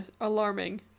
alarming